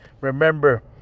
Remember